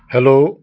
hello